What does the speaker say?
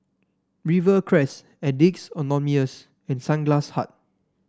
Rivercrest Addicts Anonymous and Sunglass Hut